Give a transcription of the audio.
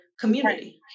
community